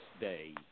day